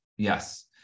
Yes